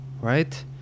right